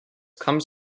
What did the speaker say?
comes